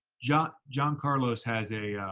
john, john carlos has a,